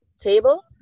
table